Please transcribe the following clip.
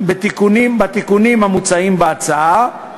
בתיקונים המוצעים בהצעה,